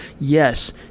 yes